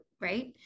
right